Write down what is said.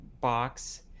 box